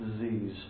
disease